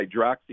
hydroxy